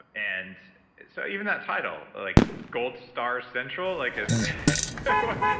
ah and so even that title like gold star central like, ah but